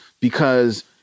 because-